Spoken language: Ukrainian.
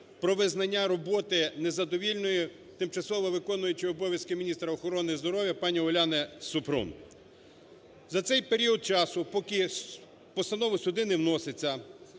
про визнання роботи незадовільною тимчасово виконуючої обов'язки міністра охорони здоров'я пані Уляни Супрун. За цей період часу, поки постанова сюди не вноситься,